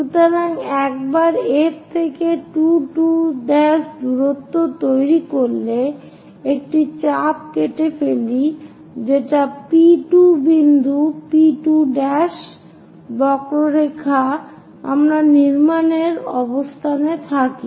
সুতরাং একবার আমরা F থেকে 2 2 'দূরত্ব তৈরি করলে একটি চাপ কেটে ফেলি যেটা P2 বিন্দু P2' বক্ররেখা আমরা নির্মাণের অবস্থানে থাকি